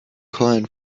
coin